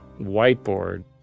whiteboard